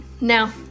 now